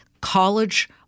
college